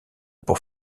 pour